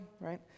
right